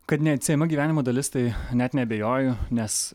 kad neatsiejama gyvenimo dalis tai net neabejoju nes